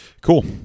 cool